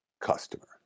customer